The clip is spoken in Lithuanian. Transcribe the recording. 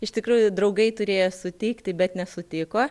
iš tikrųjų draugai turėjo sutikti bet nesutiko